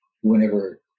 whenever